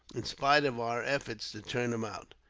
in spite of our efforts to turn him out.